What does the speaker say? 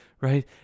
right